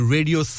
Radio